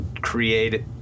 create